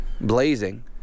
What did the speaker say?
blazing